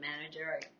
manager